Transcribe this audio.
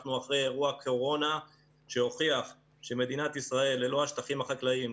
אנחנו אחרי אירוע קורונה שהוכיח שמדינת ישראל ללא השטחים החקלאיים,